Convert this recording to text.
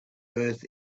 earth